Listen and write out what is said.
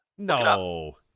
No